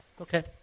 Okay